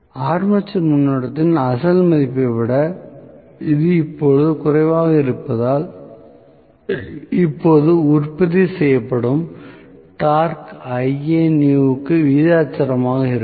armature மின்னோட்டத்தின் அசல் மதிப்பை விட இது இப்போது குறைவாக இருப்பதால் இப்போது உற்பத்தி செய்யப்படும் டார்க் Ianew க்கு விகிதாசாரமாக இருக்கும்